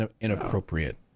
inappropriate